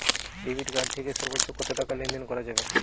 Debit card থেকে সর্বোচ্চ কত টাকা লেনদেন করা যাবে?